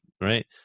right